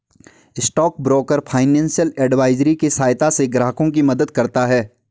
stock broker financial advisory के सहायता से ग्राहकों की मदद करता है